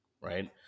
right